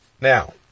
now